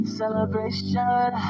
celebration